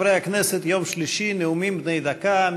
חברי הכנסת, יום שלישי, נאומים בני דקה.